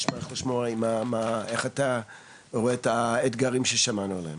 נשמח לשמוע איך אתה רואה את האתגרים ששמענו עליהם,